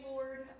Lord